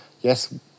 yes